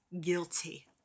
guilty